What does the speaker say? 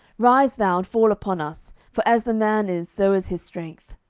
rise thou, and fall upon us for as the man is, so is his strength.